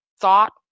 thought